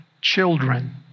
children